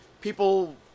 people